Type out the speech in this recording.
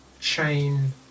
chain